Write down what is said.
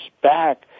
back